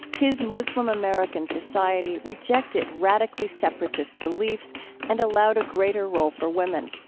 his muslim american society rejected radically separatist beliefs and allowed a greater role for women.